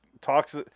Talks